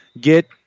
get